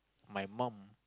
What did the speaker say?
my mum